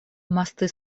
мосты